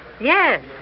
Yes